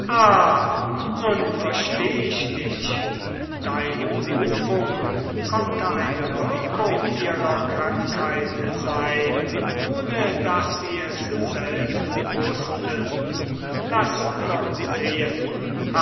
nun versteh ich dich versetzte der philosoph deine berufung konnte eine wirkung ihrer krankheit sein ohne daß sie es wußten laß doch sehen